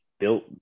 built